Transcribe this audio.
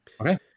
Okay